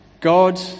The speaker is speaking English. God